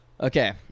Okay